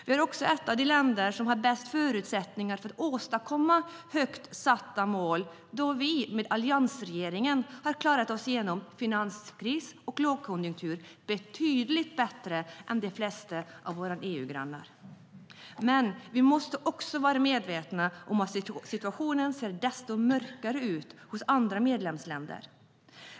Vi är också ett av de länder som har bäst förutsättningar för att åstadkomma högt satta mål, då vi med alliansregeringen har klarat oss genom finanskris och lågkonjunktur betydligt bättre än de flesta av våra EU-grannar. Vi måste dock vara medvetna om att situationen ser desto mörkare ut hos andra medlemsländer.